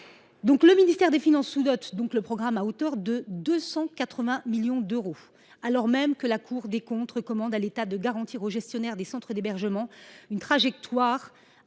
Le ministère des finances sous dote ce programme à hauteur de 280 millions d’euros, alors même que la Cour des comptes recommande à l’État de garantir aux gestionnaires des centres d’hébergement une trajectoire